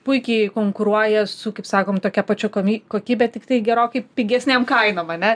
puikiai konkuruoja su kaip sakom tokia pačia komi kokybė tiktai gerokai pigesnėm kainom ane